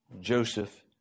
Joseph